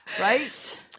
Right